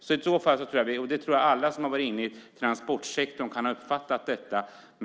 Det tror jag att alla som har varit inne i transportsektorn kan ha uppfattat.